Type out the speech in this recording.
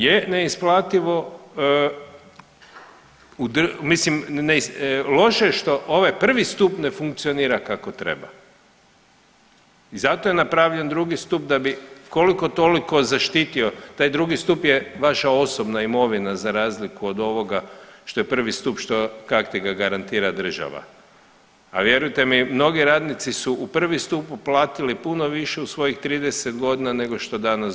Je neisplativo, mislim loše je što ovaj prvi stup ne funkcionira kako treba i zato je napravljen drugi stup da bi koliko toliko zaštitio, taj drugi stup je vaša osobna imovina za razliku od ovoga što je prvi stup što kak ti ga garantira država, a vjerujte mi mnogi radnici su u prvi stup uplatili puno više u svojih 30.g. nego što danas